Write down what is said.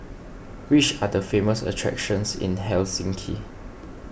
which are the famous attractions in Helsinki